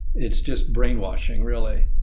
it's just brainwashing really.